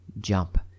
jump